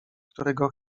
którego